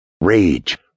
Rage